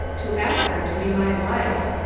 to ask her to be my wife.